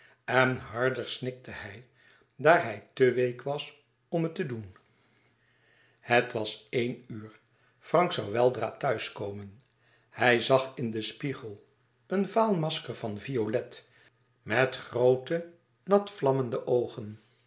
en harder snikte hij daar hij te week was om het te doen het was één uur frank zoû weldra thuis komen hij zag in den spiegel een vaal masker van violet met groote nat vlammende oogen